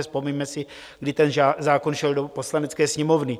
Vzpomeňme si, kdy ten zákon šel do Poslanecké sněmovny.